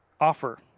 offer